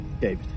David